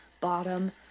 bottom